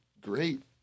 great